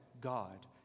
God